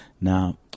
Now